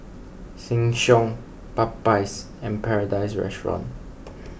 Sheng Siong Popeyes and Paradise Restaurant